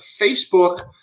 Facebook